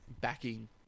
backing